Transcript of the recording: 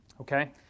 Okay